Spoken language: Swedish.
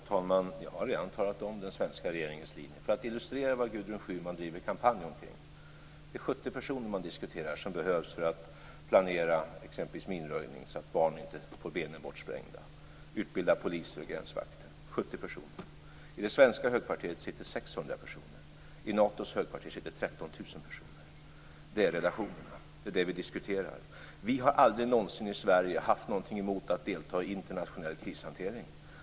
Fru talman! Jag har redan talat om den svenska regeringens linje. Jag skall illustrera vad Gudrun Schyman driver kampanj omkring. Det är 70 personer som man diskuterar som behövs för att planera exempelvis minröjning, så att barn inte får benen bortsprängda, utbilda poliser och gränsvakter. I det svenska högkvarteret sitter 600 personer. I Natos högkvarter sitter 13 000 personer. Det är relationerna, och det är det som vi diskuterar. Vi har aldrig någonsin i Sverige haft någonting emot att delta i internationell krishantering.